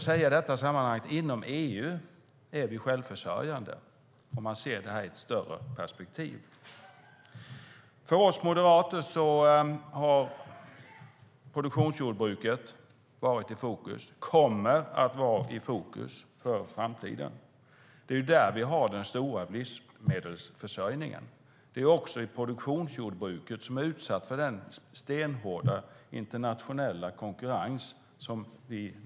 Inom EU är vi självförsörjande om vi ser det i ett större perspektiv. För oss moderater har produktionsjordbruket varit i fokus och kommer att vara i fokus för framtiden. Det är där vi har den stora livsmedelsförsörjningen. Det är också produktionsjordbruket som nu är utsatt för stenhård internationell konkurrens.